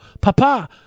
Papa